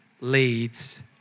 leads